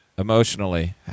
Emotionally